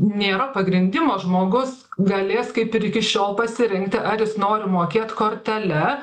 nėra pagrindimo žmogus galės kaip ir iki šiol pasirinkti ar jis nori mokėt kortele